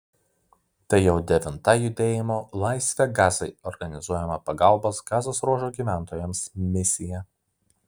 tai jau devinta judėjimo laisvę gazai organizuojama pagalbos gazos ruožo gyventojams misija